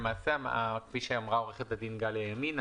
כפי שאמרה עו"ד גליה ימין,